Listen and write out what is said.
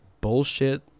bullshit